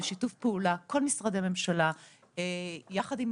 בשיתוף פעולה כל משרדי הממשלה יחד עם